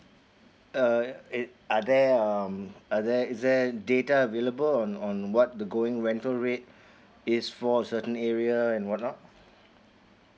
uh ar~ are there um are there is there data available on on what the going rental rate is for certain area and what not